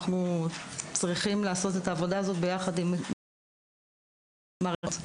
אנחנו צריכים לעשות את העבודה הזאת ביחד עם מערכת הבריאות.